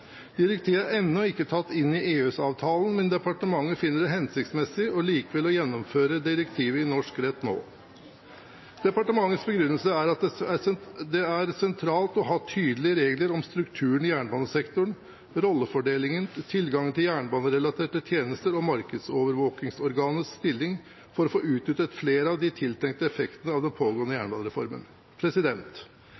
Direktivet er ennå ikke tatt inn i EØS-avtalen, men departementet finner det likevel hensiktsmessig å gjennomføre direktivet i norsk rett nå. Departementets begrunnelse er at det er sentralt å ha tydelige regler om strukturen i jernbanesektoren, rollefordeling, tilgang til jernbanerelaterte tjenester og markedsovervåkingsorganets stilling for å få utnyttet flere av de tiltenkte effektene av den pågående